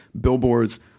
billboards